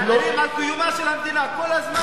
מערערים על קיומה של המדינה כל הזמן.